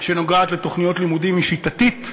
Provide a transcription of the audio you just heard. שנוגעת לתוכניות לימודים היא שיטתית.